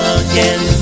again